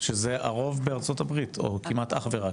שזה, הרוב בארצות הברית, או כמעט אך ורק?